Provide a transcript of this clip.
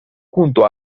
junto